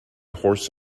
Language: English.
horse